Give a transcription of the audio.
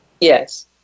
Yes